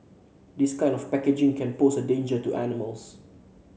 this kind of packaging can pose a danger to animals